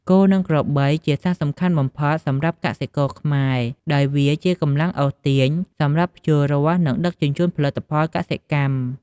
គោ និងក្របី ជាសត្វសំខាន់បំផុតសម្រាប់កសិករខ្មែរ ដោយសារវាជា កម្លាំងអូសទាញ សម្រាប់ភ្ជួររាស់ និងដឹកជញ្ជូនផលិតផលកសិកម្ម។